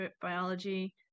biology